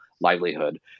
livelihood